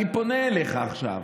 אני פונה אליך עכשיו,